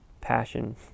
passion